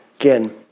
Again